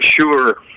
sure